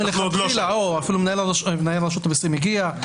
הינה, מנהל רשות המסים הגיע.